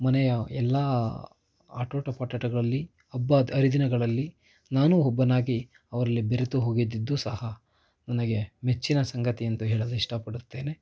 ಮನೆಯ ಎಲ್ಲ ಆಟೋಟ ಪಾಠೋಟಗಳಲ್ಲಿ ಹಬ್ಬ ಹರಿದಿನಗಳಲ್ಲಿ ನಾನು ಒಬ್ಬನಾಗಿ ಅವರಲ್ಲಿ ಬೆರೆತು ಹೋಗಿದಿದ್ದು ಸಹ ನನಗೆ ಮೆಚ್ಚಿನ ಸಂಗತಿ ಅಂತ ಹೇಳಲು ಇಷ್ಟಪಡುತ್ತೇನೆ